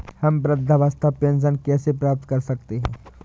हम वृद्धावस्था पेंशन कैसे प्राप्त कर सकते हैं?